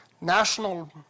national